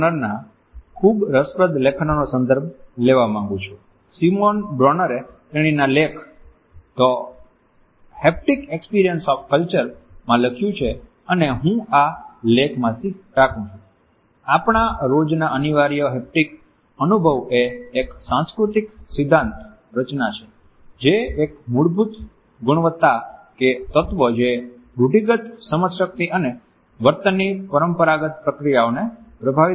Bronner ના ખૂબ જ રસપ્રદ લેખનોનો સંદર્ભ લેવા માંગુ છું સિમોન બ્રોનરે તેણીના લેખ 'the haptic experience of culture' માં લખ્યું છે અને હું આ લેખમાંથી ટાંકું છું "આપણા રોજ ના અનિવાર્ય હેપ્ટિક અનુભવ એ એક સાંસ્કૃતિક સિદ્ધાંત રચના છે જે એક મૂળભૂત ગુણવત્તા કે તત્વ જે રૂઢિગત સમજશક્તિ અને વર્તનની પરંપરાગત પ્રક્રિયાઓને પ્રભાવિત કરે છે